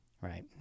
Right